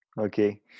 Okay